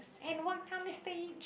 and what kind of stage